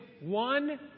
one